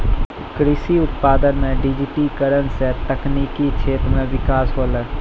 कृषि उत्पादन मे डिजिटिकरण से तकनिकी क्षेत्र मे बिकास होलै